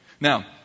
now